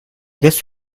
guess